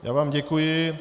Já vám děkuji.